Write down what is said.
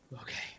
okay